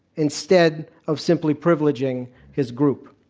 instead of simply privileging his group.